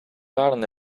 waren